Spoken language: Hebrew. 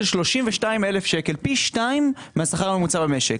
של 32,000 ש"ח; פי 2 מהשכר הממוצע במשק.